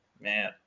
Man